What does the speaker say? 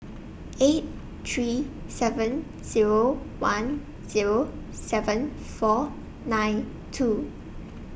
eight three seven Zero one Zero seven four nine two